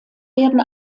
werden